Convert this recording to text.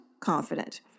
confident